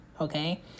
okay